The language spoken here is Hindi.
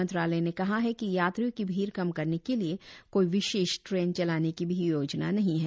मंत्रालय ने कहा है कि यात्रियों की भीड़ कम करने के लिए कोई विशेष ट्रेन चलाने की भी योजना नहीं है